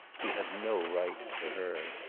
he had no right to her.